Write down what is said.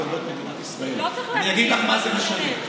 אין בעיה, שהמדינה תשלם.